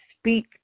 speak